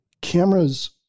Cameras